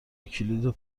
کلید